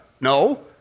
No